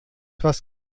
etwas